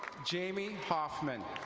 jamie hoffman.